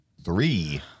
Three